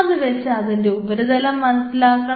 അത് വെച്ച് അതിൻറെ ഉപരിതലം മനസ്സിലാക്കണം